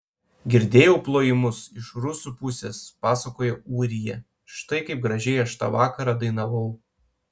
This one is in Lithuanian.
girdėjau plojimus iš rusų pusės pasakojo ūrija štai kaip gražiai aš tą vakarą dainavau